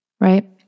Right